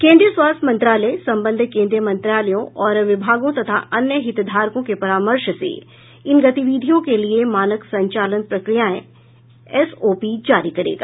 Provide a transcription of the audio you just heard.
केंद्रीय स्वास्थ्य मंत्रालय सम्बद्ध केंद्रीय मंत्रालयों और विभागों तथा अन्य हितधारकों के परामर्श से इन गतिविधियों के लिए मानक संचालन प्रक्रियाएं एसओपी जारी करेगा